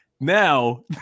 Now